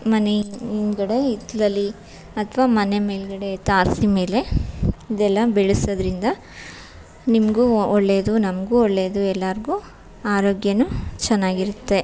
ಮನೆ ಹಿಂದ್ಗಡೆ ಹಿತ್ಲಲ್ಲಿ ಅಥವಾ ಮನೆ ಮೇಲುಗಡೆ ತಾರಸಿ ಮೇಲೆ ಇದೆಲ್ಲ ಬೆಳೆಸೋದರಿಂದ ನಿಮಗೂ ಒಳ್ಳೆಯದು ನಮಗೂ ಒಳ್ಳೆಯದು ಎಲ್ಲಾರಿಗು ಆರೋಗ್ಯವು ಚೆನ್ನಾಗಿರುತ್ತೆ